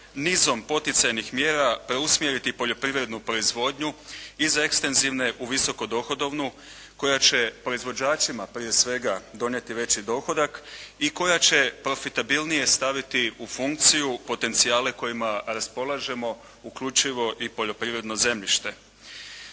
nizom poticajnih mjera preusmjeriti poljoprivrednu proizvodnju iz ekstenzivne u visoko dohodovnu koja će proizvođačima prije svega donijeti veći dohodak i koja će profitabilnije staviti u funkciju potencijale kojima raspolažemo uključivo i poljoprivredno zemljište.